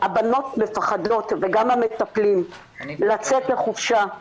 הבנות מפחדות וגם המטפלים לצאת לחופשה,